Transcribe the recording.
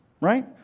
right